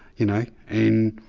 you know. and